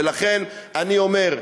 לכן, אני אומר,